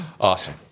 Awesome